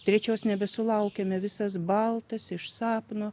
trečios nebesulaukiame visas baltas iš sapno